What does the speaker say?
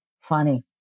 funny